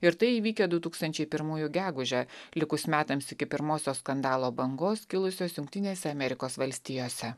ir tai įvykę du tūkstančiai pirmųjų gegužę likus metams iki pirmosios skandalo bangos kilusios jungtinėse amerikos valstijose